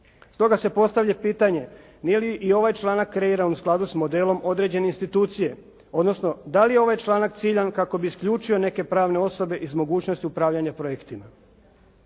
Stoga se postavlja pitanje nije li i ovaj članak kreiran u skladu s modelom određene institucije, odnosno da li je ovaj članak ciljan kako bi isključio neke pravne osobe iz mogućnosti upravljanja projektima.